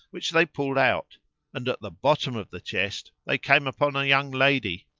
which they pulled out and at the bottom of the chest they came upon a young lady,